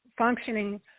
functioning